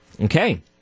Okay